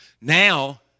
Now